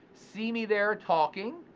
see me there talking,